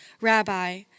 Rabbi